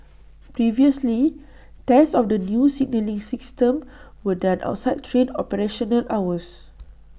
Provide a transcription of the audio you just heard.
previously tests of the new signalling system were done outside train operational hours